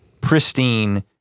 pristine